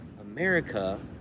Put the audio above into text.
America